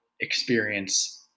experience